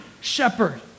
shepherd